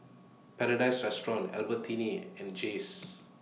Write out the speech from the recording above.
Paradise Restaurant Albertini and Jays